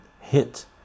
hit